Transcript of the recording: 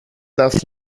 darfst